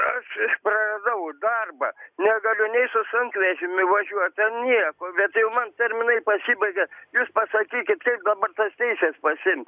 aš praradau darbą negaliu nei su sunkvežimiu važiuoti nieko bet jau man terminai pasibaigė jūs pasakykit kaip dabar tas teises pasiimt